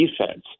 defense